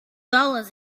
dollars